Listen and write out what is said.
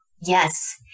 yes